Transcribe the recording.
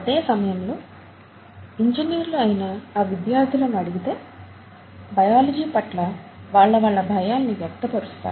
అదే సమయంలో ఇంజినీర్లు అయిన నా విద్యార్థులను అడిగితే బయాలజీ పట్ల వాళ్ళ వాళ్ళ భయాన్ని వ్యక్తపరుస్తారు